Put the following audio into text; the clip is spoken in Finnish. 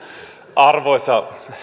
arvoisa